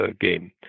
game